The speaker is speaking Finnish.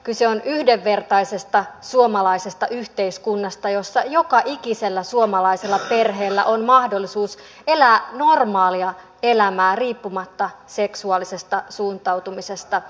kyse on yhdenvertaisesta suomalaisesta yhteiskunnasta jossa joka ikisellä suomalaisella perheellä on mahdollisuus elää normaalia elämää riippumatta seksuaalisesta suuntautumisesta